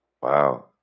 Wow